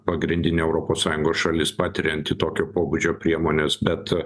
pagrindinė europos sąjungos šalis patirianti tokio pobūdžio priemones bet